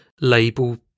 label